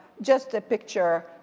just a picture.